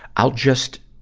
i'll just,